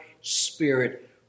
Spirit